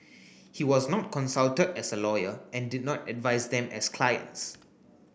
he was not consulted as a lawyer and did not advise them as clients